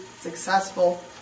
successful